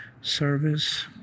service